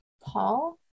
Paul